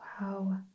Wow